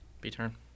B-turn